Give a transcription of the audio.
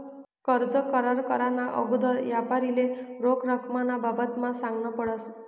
कर्ज करार कराना आगोदर यापारीले रोख रकमना बाबतमा सांगनं पडस